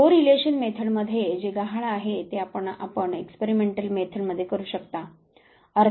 को relation method मध्ये जे गहाळ आहे ते आपण एक्सपेरिमेंटल मेथड मध्ये करू शकता